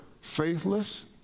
faithless